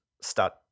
start